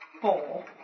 four